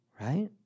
right